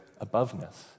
aboveness